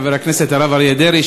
חבר הכנסת הרב אריה דרעי,